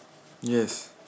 yes